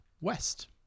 west